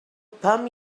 bump